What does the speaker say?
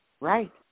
right